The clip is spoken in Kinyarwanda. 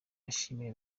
yishimiwe